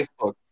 Facebook